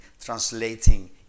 translating